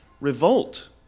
revolt